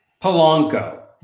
Polanco